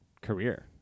career